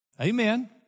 Amen